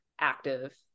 active